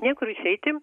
niekur išeiti